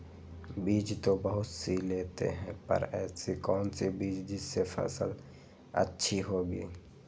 बीज तो बहुत सी लेते हैं पर ऐसी कौन सी बिज जिससे फसल अच्छी होगी?